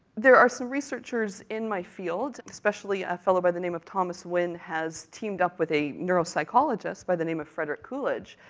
there are some researchers in my field, especially a fellow by the name of thomas wynn, has teamed up with a neuropsychologist, by the name of frederick coolidge,